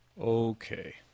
Okay